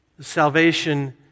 Salvation